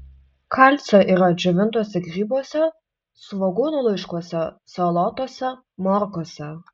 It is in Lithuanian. kalcio yra džiovintuose grybuose svogūnų laiškuose salotose morkose